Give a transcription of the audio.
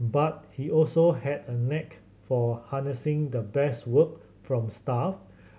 but he also had a knack for harnessing the best work from staff